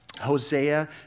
Hosea